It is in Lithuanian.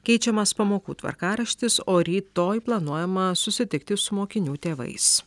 keičiamas pamokų tvarkaraštis o rytoj planuojama susitikti su mokinių tėvais